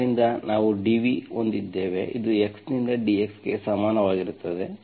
ಆದ್ದರಿಂದ ನಾವು dv ಹೊಂದಿದ್ದೇವೆ ಇದು x ನಿಂದ dx ಗೆ ಸಮಾನವಾಗಿರುತ್ತದೆ